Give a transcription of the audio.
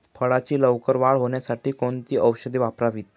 फळाची लवकर वाढ होण्यासाठी कोणती औषधे वापरावीत?